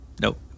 Nope